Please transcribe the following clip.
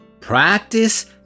practice